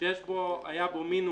שהיה בו מינוס